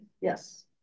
Yes